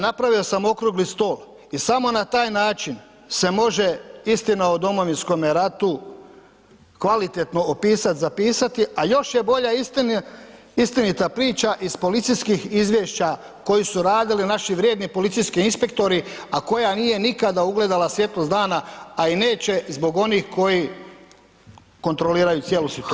Napravio sam okrugli stol i samo na taj način se može istina o Domovinskom ratu kvalitetno opisat, zapisati, a još je bolja istinita priča iz policijskih izvješća koji su radili naši vrijedni policijski inspektori, a koja nije nikada ugledala svjetlost dana, a i neće zbog onih koji kontroliraju cijelu situaciju.